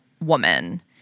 woman